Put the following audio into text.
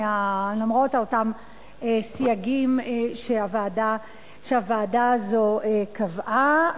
למרות אותם סייגים שהוועדה הזאת קבעה.